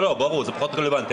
ברור, זה פחות רלוונטי.